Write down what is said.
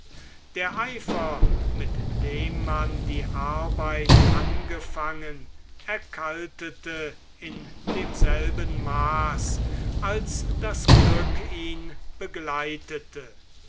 der eifer mit dem man die arbeit angefangen erkaltete in demselben maß als das glück ihn begleitete